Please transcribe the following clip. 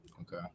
okay